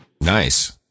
Nice